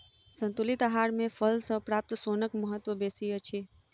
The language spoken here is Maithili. संतुलित आहार मे फल सॅ प्राप्त सोनक महत्व बेसी अछि